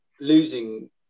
losing